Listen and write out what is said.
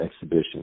exhibition